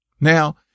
Now